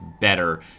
better